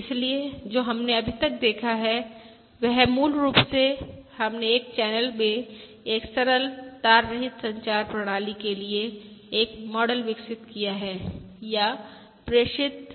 इसलिए जो हमने अभी तक देखा है वह मूल रूप से हमने एक चैनल में एक सरल तार रहित संचार प्रणाली के लिए एक मॉडल विकसित किया है या प्रेषित